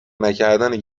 نکردن